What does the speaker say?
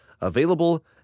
available